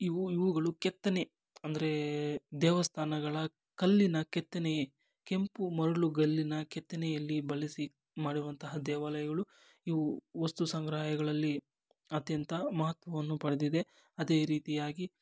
ಇವು ಇವುಗಳು ಕೆತ್ತನೆ ಅಂದರೆ ದೇವಸ್ಥಾನಗಳ ಕಲ್ಲಿನ ಕೆತ್ತನೆಯ ಕೆಂಪು ಮರಳುಗಲ್ಲಿನ ಕೆತ್ತನೆಯಲ್ಲಿ ಬಳಸಿ ಮಾಡಿರುವಂತಹ ದೇವಾಲಯಗಳು ಇವು ವಸ್ತು ಸಂಗ್ರಹಾಲಯಗಳಲ್ಲಿ ಅತ್ಯಂತ ಮಹತ್ವವನ್ನು ಪಡೆದಿದೆ ಅದೇ ರೀತಿಯಾಗಿ